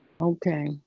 Okay